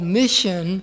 mission